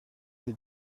des